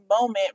moment